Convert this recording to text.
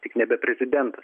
tik nebe prezidentas